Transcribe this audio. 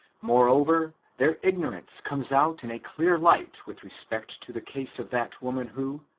moreover, their ignorance comes out in a clear light with respect to the case of that woman who,